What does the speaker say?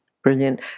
Brilliant